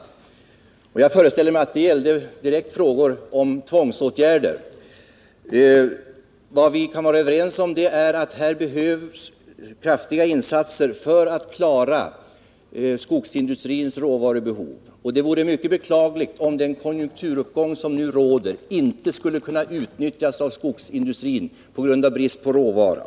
Jag föreställer mig att de direkt gällde frågor om tvångsåtgärder. Vad vi kan vara överens om är att det behövs kraftiga insatser för att klara skogsindustrins råvarubehov. Det vore mycket beklagligt om den konjunkturuppgång som nu råder inte skulle kunna utnyttjas av skogsindustrin på grund av brist på råvara.